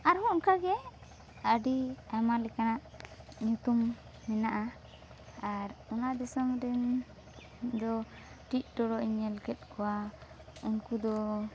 ᱟᱨᱦᱚᱸ ᱚᱱᱠᱟᱜᱮ ᱟᱹᱰᱤ ᱟᱭᱢᱟ ᱞᱮᱠᱟᱱᱟᱜ ᱧᱩᱛᱩᱢ ᱢᱮᱱᱟᱜᱼᱟ ᱟᱨ ᱚᱱᱟ ᱫᱤᱥᱚᱢ ᱨᱤᱱ ᱫᱚ ᱴᱤᱜᱼᱴᱲᱚᱜ ᱤᱧ ᱧᱮᱞ ᱠᱮᱫ ᱠᱚᱣᱟ ᱩᱱᱠᱩ ᱫᱚ